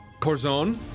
Corzon